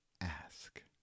Ask